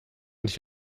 nicht